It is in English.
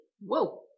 Whoa